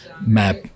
map